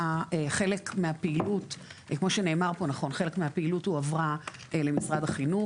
חלק מהפעילות הועברה למשרד החינוך.